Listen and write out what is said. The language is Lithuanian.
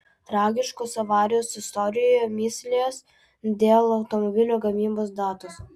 tragiškos avarijos istorijoje mįslės dėl automobilio gamybos datos